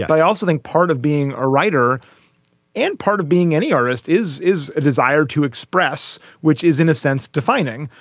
i also think part of being a writer and part of being any artist is is a desire to express, which is in a sense defining.